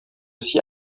aussi